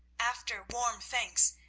after warm thanks,